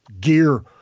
gear